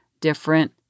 different